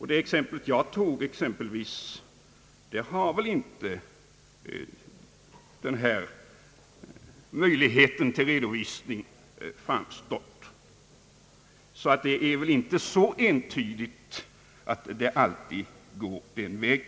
I det exempel som jag nämnde har inte den möjligheten till redovisning förelegat. Det är alltså inte så entydigt och säkert att det alltid går den vägen.